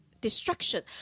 destruction